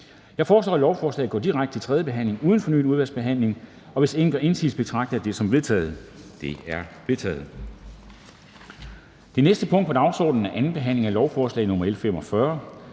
Jeg foreslår, at lovforslaget går direkte til tredje behandling uden fornyet udvalgsbehandling. Hvis ingen gør indsigelse, betragter jeg det som vedtaget. Det er vedtaget. --- Det næste punkt på dagsordenen er: 12) 2. behandling af lovforslag nr. L 45: